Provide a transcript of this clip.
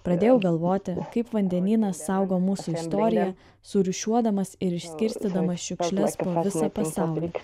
pradėjau galvoti kaip vandenynas saugo mūsų istoriją surūšiuodamas ir išskirstydamas šiukšles po visą pasaulį